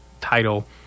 title